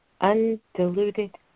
undiluted